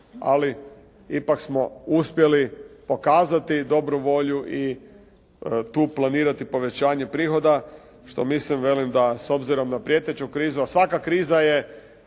ali ipak smo uspjeli pokazati dobru volju i tu planirati povećanje prihoda što mislim velim da s obzirom na prijeteću krizu, ali svaka kriza je